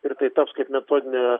ir tai taps kaip metodinė